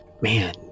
Man